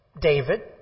David